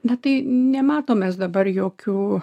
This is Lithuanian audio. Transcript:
nu tai nematom mes dabar jokių